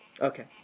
Okay